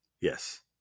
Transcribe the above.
Yes